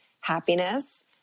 happiness